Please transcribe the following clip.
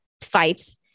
fight